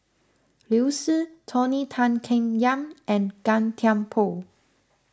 Liu Si Tony Tan Keng Yam and Gan Thiam Poh